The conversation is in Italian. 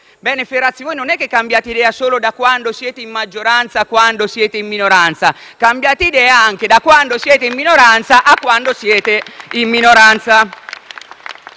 senatore Ferrazzi, voi non è che cambiate idea solo da quando siete in maggioranza a quando siete in minoranza, ma cambiate idea anche da quando siete in minoranza a quando siete in minoranza.